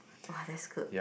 [wah] that's good